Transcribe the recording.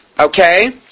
Okay